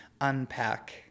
unpack